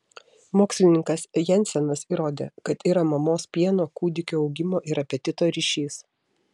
mokslininkas jensenas įrodė kad yra mamos pieno kūdikio augimo ir apetito ryšys